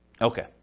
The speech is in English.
Okay